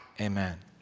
Amen